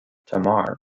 tamar